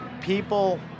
people